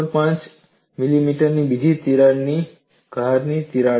5 મિલીમીટરની બીજી ધારની તિરાડ છે